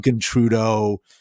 Trudeau